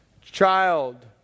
child